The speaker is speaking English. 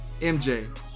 MJ